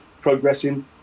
progressing